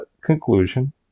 conclusion